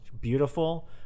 beautiful